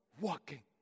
walking